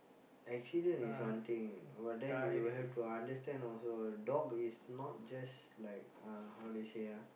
accident is one thing but then you have to understand also a dog is not just like uh how they say ah